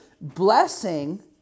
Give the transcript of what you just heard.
Blessing